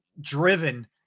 driven